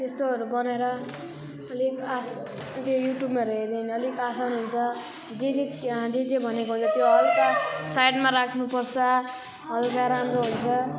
त्यस्तोहरू बनाएर अलिक आस त्यो युट्युबमाहरू हेऱ्यो भने अलिक आसान हुन्छ जे जे जे जे भनेको हुन्छ त्यो हल्का साइडमा राख्नुपर्छ हल्का राम्रो हुन्छ